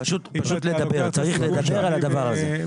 פשוט לדבר, צריך לדבר על הדבר הזה.